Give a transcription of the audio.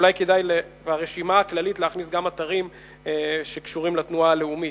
אולי כדאי ברשימה הכללית להכניס גם אתרים שקשורים לתנועה הלאומית,